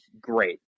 great